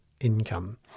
income